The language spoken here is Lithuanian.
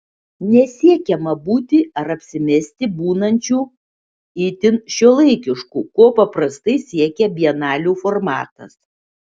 nesiekiama būti ar apsimesti būnančiu itin šiuolaikišku ko paprastai siekia bienalių formatas